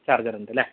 ചാർജറുണ്ട് അല്ലെ